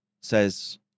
says